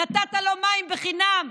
נתת לו מים בחינם,